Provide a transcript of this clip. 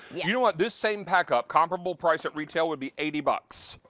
you know what, this same packup, comparable price at retail would be eighty bucks.